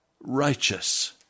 righteous